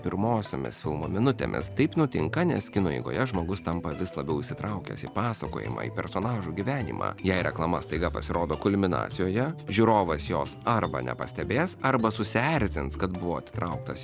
pirmosiomis filmo minutėmis taip nutinka nes kino eigoje žmogus tampa vis labiau įsitraukęs į pasakojamą į personažų gyvenimą jei reklama staiga pasirodo kulminacijoje žiūrovas jos arba nepastebės arba susierzins kad buvo atitrauktas